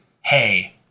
hey